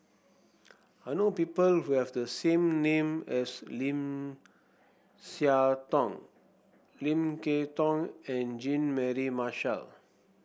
I know people who have the same name as Lim Siah Tong Lim Kay Tong and Jean Mary Marshall